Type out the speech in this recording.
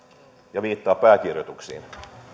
ja viitataan pääkirjoituksiin